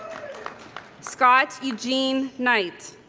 scott eugene knight